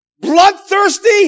bloodthirsty